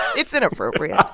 it's inappropriate